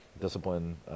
discipline